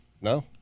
No